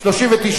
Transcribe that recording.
נתקבל.